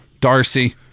Darcy